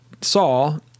Saul